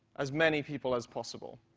as many people as possible.